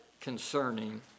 concerning